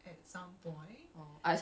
it's just unrealistic